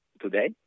today